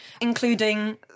including